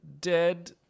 dead